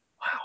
Wow